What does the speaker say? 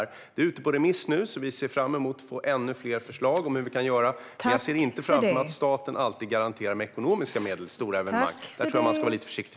Utredningen är ute på remiss nu, så vi ser fram emot att få ännu fler förslag om hur vi kan göra. Jag ser inte framför mig att staten alltid garanterar med ekonomiska medel vid stora evenemang. Här tror jag att man ska vara lite försiktig.